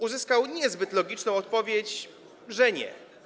Uzyskał niezbyt logiczną odpowiedź, że nie.